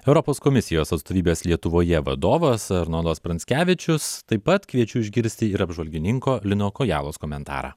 europos komisijos atstovybės lietuvoje vadovas arnoldas pranckevičius taip pat kviečiu išgirsti ir apžvalgininko lino kojalos komentarą